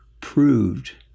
proved